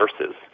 nurses